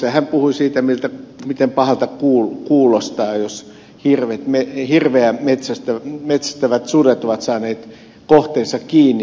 hän puhui siitä miten pahalta kuulostaa jos hirveä metsästävät sudet ovat saaneet kohteensa kiinni